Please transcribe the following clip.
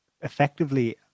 effectively